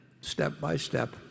step-by-step